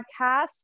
podcast